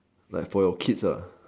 like for your kids lah